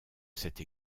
cette